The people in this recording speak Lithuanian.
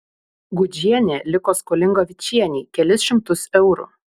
gudžienė liko skolinga vičienei kelis šimtus eurų